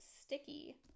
sticky